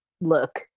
look